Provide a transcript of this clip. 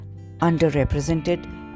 underrepresented